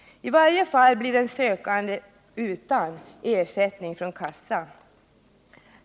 I varje fall blir den sökande utan ersättning från kassa.